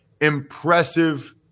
impressive